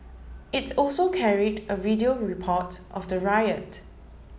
it also carried a video report of the riot